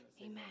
Amen